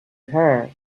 her